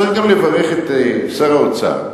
צריך גם לברך את שר האוצר,